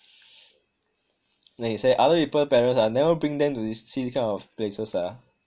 then he say other people parents ah never bring them to see these kind of places ah